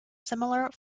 similar